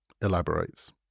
elaborates